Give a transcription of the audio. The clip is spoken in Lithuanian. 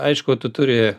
aišku tu turi